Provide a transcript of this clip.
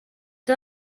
dod